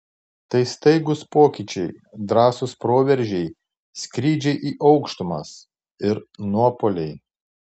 tai staigūs pokyčiai drąsūs proveržiai skrydžiai į aukštumas ir nuopuoliai